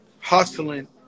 hustling